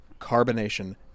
carbonation